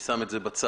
אני שם את זה בצד.